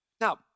Now